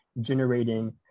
generating